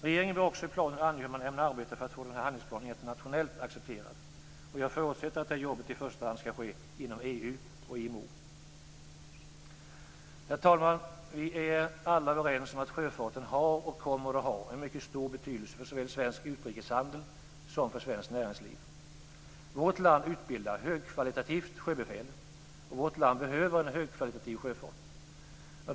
Regeringen bör också i planen ange hur man ämnar arbeta för att få denna handlingsplan internationellt accepterad. Jag förutsätter att arbetet i första hand bör ske inom EU och IMO. Herr talman! Vi är alla överens om att sjöfarten har och kommer att ha en mycket stor betydelse såväl för svensk utrikeshandel som för svenskt näringsliv. Vårt land utbildar högkvalitativt sjöbefäl, och vårt land behöver en högkvalitativ sjöfart.